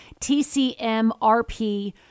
tcmrp